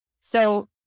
So-